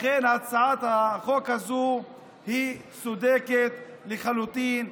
לכן, הצעת החוק הזאת צודקת לחלוטין.